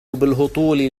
بالهطول